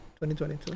2022